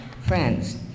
friends